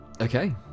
Okay